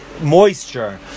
moisture